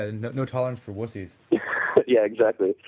and no tolerance for wussies yeah, exactly,